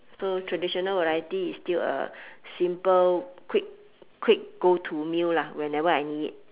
so traditional variety is still a simple quick quick go to meal lah whenever I need it